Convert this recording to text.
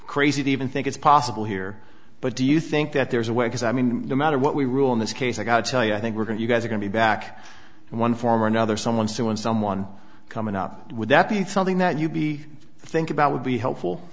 crazy to even think it's possible here but do you think that there's a way because i mean no matter what we rule in this case i got to tell you i think we're going to you guys are going to back in one form or another someone suing someone coming up would that be something that you'd be think about would be helpful